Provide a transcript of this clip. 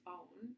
own